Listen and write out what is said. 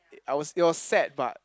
I was it was sad but